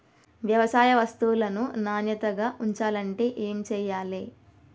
వ్యవసాయ వస్తువులను నాణ్యతగా ఉంచాలంటే ఏమి చెయ్యాలే?